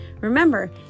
Remember